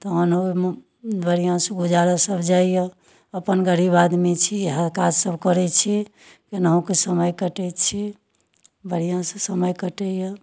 तहन ओहिमे बढ़िआँसँ उजाड़ल सब जाइए अपन गरीब आदमी छी इएह काज सब करै छी केनाहुकऽ समय काटै छी बढ़िआँसँ समय कटैए